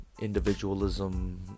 individualism